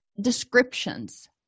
descriptions